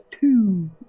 two